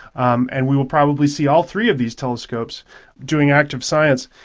um and we will probably see all three of these telescopes doing active science.